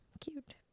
cute